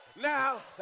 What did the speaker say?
Now